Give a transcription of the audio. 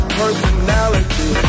personality